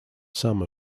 some